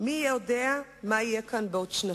מי יודע מה יהיה כאן בעוד שנתיים.